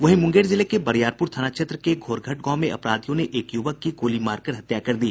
वहीं मुंगेर जिले के बरियारपुर थाना क्षेत्र के घोरघट गांव में अपराधियों ने एक युवक की गोली मारकर हत्या कर दी